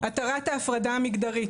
התרת ההפרדה המגדרית,